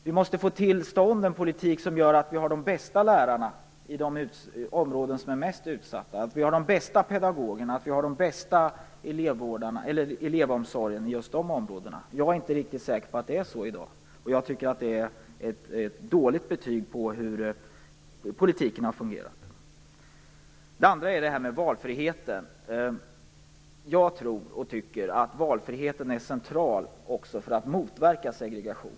Vi måste få till stånd en politik som gör att vi har de bästa lärarna i de områden som är mest utsatta, har de bästa pedagogerna och den bästa elevomsorgen i just de områdena. Jag är inte säker på att det är så i dag, och jag tycker att det är ett dåligt betyg på hur politiken har fungerat. Det andra området är valfriheten. Jag tycker att valfriheten är central också för att motverka segregation.